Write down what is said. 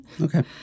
Okay